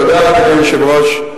תודה, אדוני היושב-ראש.